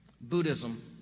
Buddhism